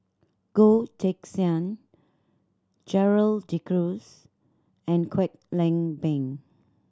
Goh Teck Sian Gerald De Cruz and Kwek Leng Beng